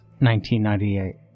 1998